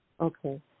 Okay